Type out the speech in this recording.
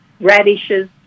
radishes